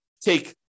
Take